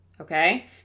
okay